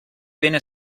viene